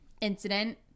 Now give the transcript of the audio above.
incident